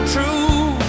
True